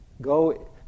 go